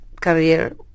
career